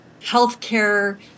healthcare